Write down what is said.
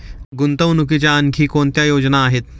गुंतवणुकीच्या आणखी कोणत्या योजना आहेत?